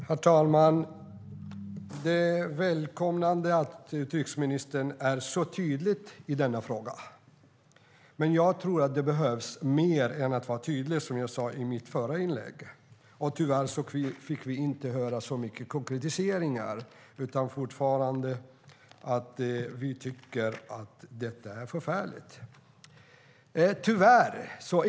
Herr talman! Jag välkomnar att utrikesministern är så tydlig i denna fråga. Men jag tror att det behövs mer än att vara tydlig, som jag sade i mitt förra inlägg. Tyvärr fick vi inte höra så mycket om konkretiseringar, mer än att vi tycker att detta är förfärligt.